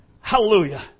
Hallelujah